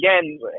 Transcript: again